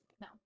No